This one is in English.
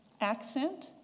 accent